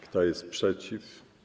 Kto jest przeciw?